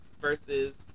versus